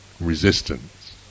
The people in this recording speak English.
resistance